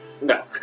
No